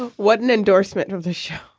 what an endorsement of the show.